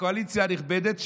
הקואליציה הנכבדת,